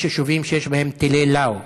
יש יישובים שיש בהם טילי לאו,